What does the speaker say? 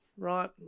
Right